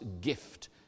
gift